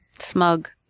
Smug